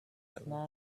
enjoy